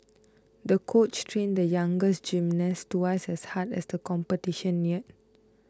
the coach trained the young gymnast twice as hard as the competition neared